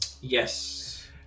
Yes